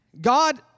God